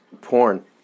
Porn